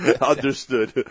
understood